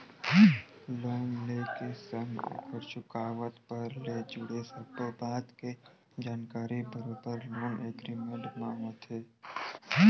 loan ले के संग ओखर चुकावत भर ले जुड़े सब्बो बात के जानकारी बरोबर लोन एग्रीमेंट म होथे